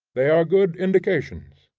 they are good indications.